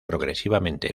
progresivamente